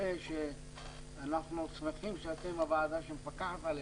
אנחנו שמחים שאתם הוועדה שמפקחת עלינו.